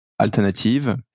alternative